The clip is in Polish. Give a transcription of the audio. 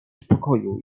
spokoju